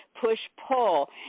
push-pull